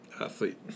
athlete